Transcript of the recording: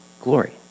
glory